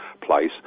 place